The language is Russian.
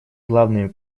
главными